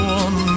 one